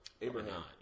Abraham